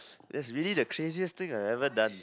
that's really the craziest thing I have ever done